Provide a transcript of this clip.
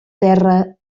terra